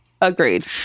Agreed